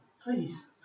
please